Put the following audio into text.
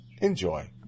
Enjoy